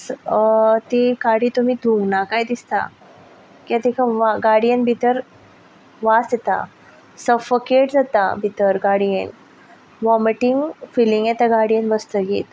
ती गाडी तुमी धुंवना काय दिसता कित्याक ताका वा गाडयेन भितर वास येता सफोकेट जाता भितर गाडयेन वोमीटींग फिलींग येता गाडयेन बसतकीर